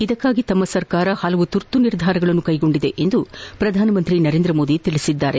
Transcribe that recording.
ಇದಕ್ಕಾಗಿ ಸರ್ಕಾರ ಪಲವು ತುರ್ತು ನಿರ್ಧಾರಗಳನ್ನು ಕೈಗೊಂಡಿದೆ ಎಂದು ಪ್ರಧಾನಮಂತ್ರಿ ನರೇಂದ್ರ ಮೋದಿ ಹೇಳಿದ್ದಾರೆ